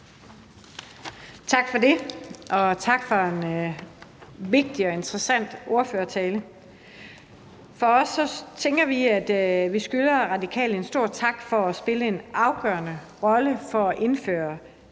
Tak for det. Og tak for en vigtig og interessant ordførertale. Vi tænker, at vi skylder Radikale Venstre en stor tak for at spille en afgørende rolle for indførelsen